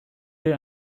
wir